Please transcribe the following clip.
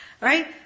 Right